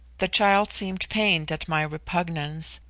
the child seemed pained at my repugnance,